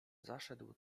zaszedł